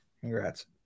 Congrats